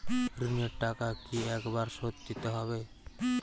ঋণের টাকা কি একবার শোধ দিতে হবে?